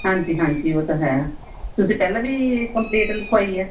ਹਾਂਜੀ ਹਾਂਜੀ ਉਹ ਤਾਂ ਹੈ ਤੁਸੀਂ ਪਹਿਲਾਂ ਵੀ ਕੰਪਲੇਂਟ ਲਿਖਵਾਈ ਆ